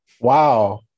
Wow